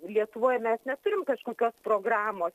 lietuvoje mes neturim kažkokios programos